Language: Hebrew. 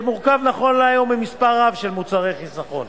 שמורכב נכון להיום ממספר רב של מוצרי חיסכון,